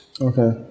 Okay